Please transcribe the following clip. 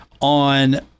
on